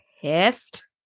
pissed